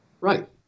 Right